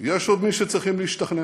יש עוד מי שצריכים להשתכנע,